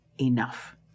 enough